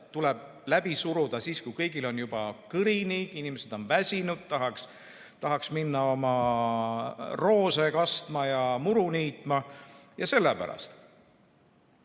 tuleb läbi suruda siis, kui kõigil on juba kõrini, inimesed on väsinud, tahaks minna oma roose kastma ja muru niitma. Sellepärast.